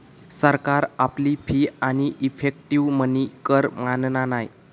सरकार आपली फी आणि इफेक्टीव मनी कर मानना नाय